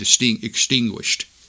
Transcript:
extinguished